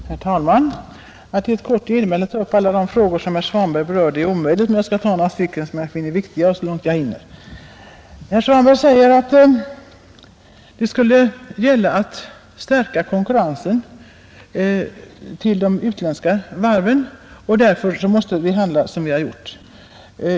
Herr talman! Att i ett kort genmäle ta upp alla de frågor som herr Svanberg berörde är omöjligt, men jag skall ta några stycken som jag finner viktiga. Herr Svanberg sade att vi för att stärka konkurrenskraften i förhållande till de utländska varven måste handla som vi har gjort.